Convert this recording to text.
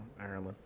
Ireland